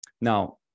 Now